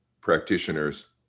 practitioners